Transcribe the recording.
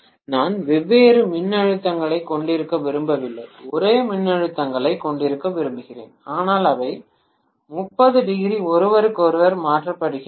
நான் வெவ்வேறு மின்னழுத்தங்களைக் கொண்டிருக்க விரும்பவில்லை ஒரே மின்னழுத்தங்களைக் கொண்டிருக்க விரும்புகிறேன் ஆனால் அவை 300 ஒருவருக்கொருவர் மாற்றப்படுகின்றன